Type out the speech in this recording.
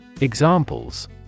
Examples